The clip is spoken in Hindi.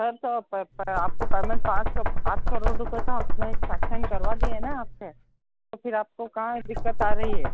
सर तो आपको पेमेन्ट पाँच सौ आठ करोड़ रुपए हमने सैंक्शन करवा दिए हैं न आपके फिर आपको कहाँ दिक्कत आ रही है